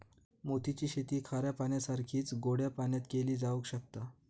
मोती ची शेती खाऱ्या पाण्यासारखीच गोड्या पाण्यातय केली जावक शकता